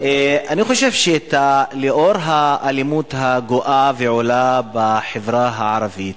אני חושב שלאור האלימות הגואה ועולה בחברה הערבית,